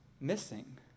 missing